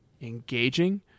engaging